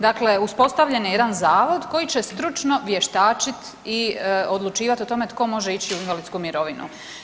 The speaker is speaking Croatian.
Dakle, uspostavljen je jedan zavod koji će stručno vještačit i odlučivat o tome tko može ići u invalidsku mirovinu.